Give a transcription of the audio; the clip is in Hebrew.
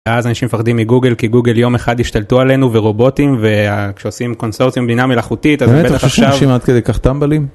אז אנשים מפחדים מגוגל כי גוגל יום אחד ישתלטו עלינו ורובוטים כעושים קונסורסים בינה מלאכותית.